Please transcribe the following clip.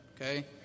okay